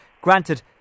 Granted